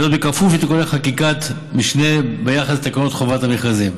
וזאת בכפוף לתיקוני חקיקת משנה ביחס לתקנות חובת המכרזים.